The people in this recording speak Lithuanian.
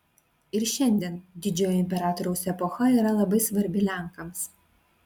ir šiandien didžiojo imperatoriaus epocha yra labai svarbi lenkams